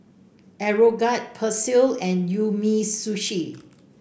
Aeroguard Persil and Umisushi